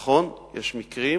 נכון, יש מקרים